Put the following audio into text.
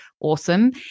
Awesome